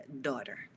daughter